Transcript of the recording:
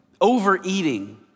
overeating